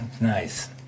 nice